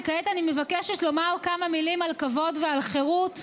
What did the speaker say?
וכעת אני מבקשת לומר כמה מילים על כבוד ועל חירות.